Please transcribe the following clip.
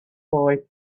boy